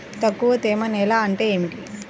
తక్కువ తేమ నేల అంటే ఏమిటి?